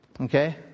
Okay